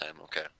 Okay